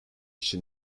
için